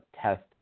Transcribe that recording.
test